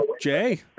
Jay